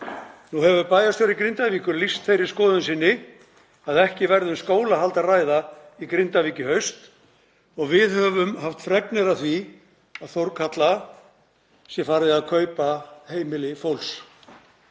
Nú hefur bæjarstjóri Grindavíkur lýst þeirri skoðun sinni að ekki verði um skólahald að ræða í Grindavík í haust og við höfum haft fregnir af því að Þórkatla sé farin að kaupa heimili fólks.